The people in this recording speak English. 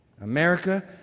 America